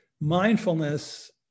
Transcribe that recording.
mindfulness